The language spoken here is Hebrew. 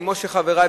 כמו שחברי,